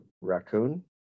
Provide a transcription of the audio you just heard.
raccoon